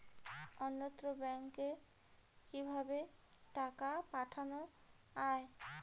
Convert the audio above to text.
অন্যত্র ব্যংকে কিভাবে টাকা পাঠানো য়ায়?